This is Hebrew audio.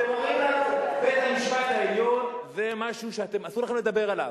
אתם אומרים לנו: בית-המשפט העליון זה משהו שאסור לכם לדבר עליו.